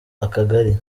akagari